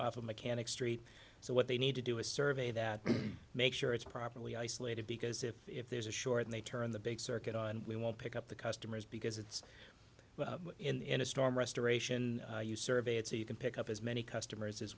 instance a mechanic street so what they need to do a survey that make sure it's properly isolated because if there's a short and they turn the big circuit on we won't pick up the customers because it's in a storm restoration you survey it so you can pick up as many customers as